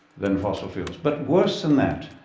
than fossil fuels. but worse than that,